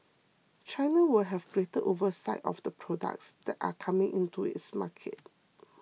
China will have greater oversight of the products that are coming into its market